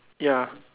ya